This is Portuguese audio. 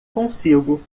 consigo